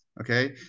Okay